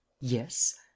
Yes